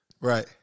right